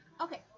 Okay